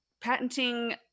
Patenting